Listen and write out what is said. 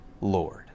Lord